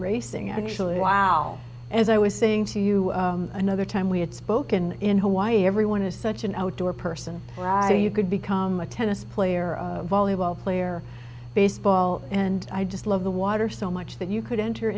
racing actually while as i was saying to you another time we had spoken in hawaii everyone is such an outdoor person rather you could become a tennis player volleyball player baseball and i just love the water so much that you could enter